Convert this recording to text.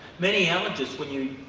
many allergists, when you,